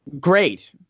great